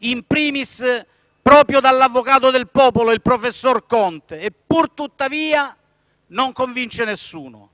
*in primis* proprio dall'avvocato del popolo, il professor Conte, e pur tuttavia non convince nessuno.